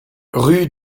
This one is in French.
rue